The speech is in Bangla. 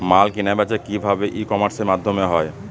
মাল কেনাবেচা কি ভাবে ই কমার্সের মাধ্যমে হয়?